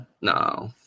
No